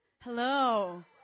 Hello